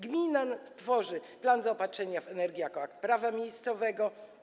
Gmina tworzy plan zaopatrzenia w energię jako akt prawa miejscowego.